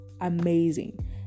amazing